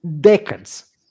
decades